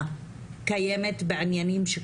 גם חקיקה וגם